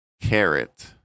Carrot